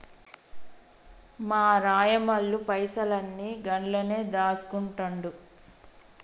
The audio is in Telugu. మా రాయమల్లు పైసలన్ని గండ్లనే దాస్కుంటండు